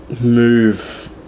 move